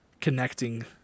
connecting